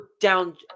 down